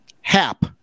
Hap